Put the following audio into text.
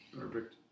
Perfect